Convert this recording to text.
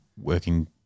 working